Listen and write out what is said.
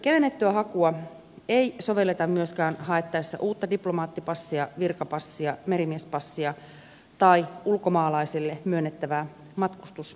kevennettyä hakua ei sovelleta myöskään haettaessa uutta diplomaattipassia virkapassia merimiespassia tai ulkomaalaiselle myönnettävää matkustusasiakirjaa